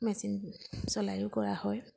machine চলায়ো কৰা হয়